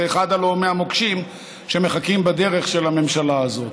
הלוא זה אחד מהמוקשים שמחכים בדרך של הממשלה הזאת.